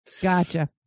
Gotcha